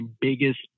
biggest